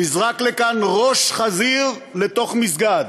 נזרק לכאן ראש חזיר לתוך מסגד.